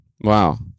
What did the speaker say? Wow